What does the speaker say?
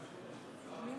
שמונה נגד.